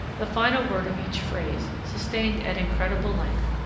the final word of each phrase, sustained at incredible length,